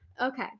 Okay